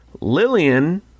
Lillian